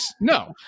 no